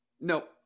no